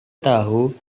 tahu